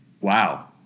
wow